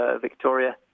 Victoria